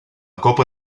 copa